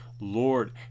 Lord